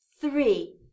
Three